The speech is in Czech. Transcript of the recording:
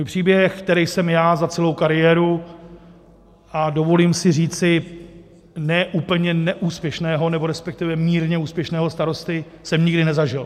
Svůj příběh, který jsem já za celou kariéru a dovolím si říci ne úplně neúspěšného, resp. mírně úspěšného starosty nikdy nezažil.